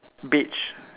beige